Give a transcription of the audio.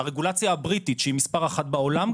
הרגולציה הבריטית שהיא מספר אחת בעולם,